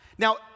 Now